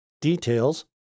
Details